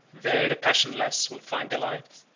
there the passionless will find delight,